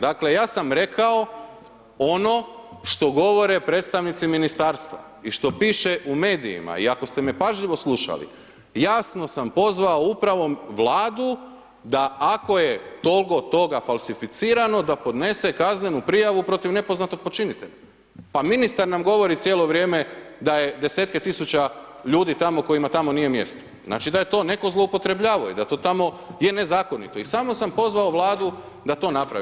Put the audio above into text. Dakle, ja sam rekao ono što govore predstavnici ministarstva i što piše u medijima i ako ste me pažljivo slušali, jasno sam pozvao upravo Vladu da ako je toliko toga falsificirano da podnese kaznenu prijavu protiv nepoznatog počinitelja, pa ministar nam govori cijelo vrijeme da je desetke tisuća ljudi tamo kojima tamo nije mjesto, znači da je to netko zloupotrebljavao i da to tamo je nezakonito i samo sam pozvao Vladu da to napravi.